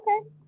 okay